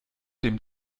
dem